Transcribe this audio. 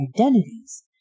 identities